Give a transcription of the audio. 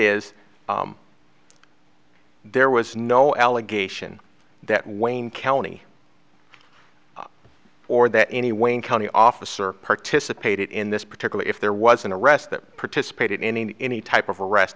is there was no allegation that wayne county or that any wayne county officer participated in this particular if there was an arrest that participated in any type of arrest